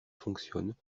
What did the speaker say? fonctionnent